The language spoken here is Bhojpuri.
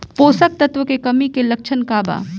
पोषक तत्व के कमी के लक्षण का वा?